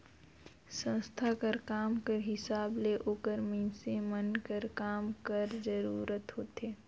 संस्था कर काम कर हिसाब ले ओकर मइनसे मन कर काम कर जरूरत होथे